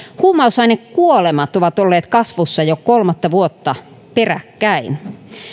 huumausainekuolemat ovat olleet kasvussa jo kolmatta vuotta peräkkäin